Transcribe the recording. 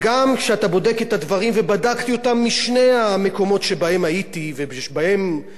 ובדקתי אותם בשני המקומות שבהם הייתי ושבהם באמת עבדתי שנים,